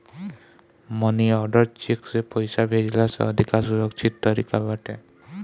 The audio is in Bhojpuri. मनी आर्डर चेक से पईसा भेजला से अधिका सुरक्षित तरीका बाटे